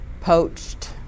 poached